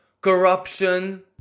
Corruption